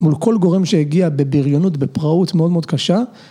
מול כל גורם שהגיע בבריונות, בפראות מאוד מאוד קשה.